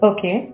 Okay